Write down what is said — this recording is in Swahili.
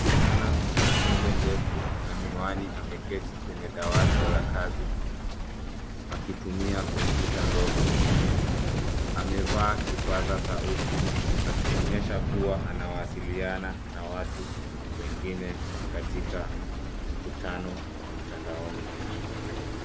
Msichana nywele ndefu na miwani ameketi kwenye dawati la kazi akitumia kompyuta ndogo. Amevaa kipaza sauti akionyesha kuwa anawasiliana na watu wengine katika mkutano wa mtandaoni.